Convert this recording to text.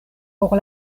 por